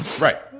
Right